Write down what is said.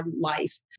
life